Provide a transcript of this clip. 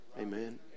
Amen